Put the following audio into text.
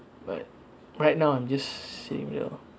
but right now I'm just saying ya